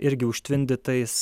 irgi užtvindytais